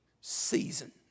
season